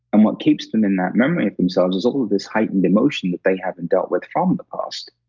and what keeps them in that memory of themselves is all of this heightened emotion that they haven't dealt with from the past.